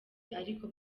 ariko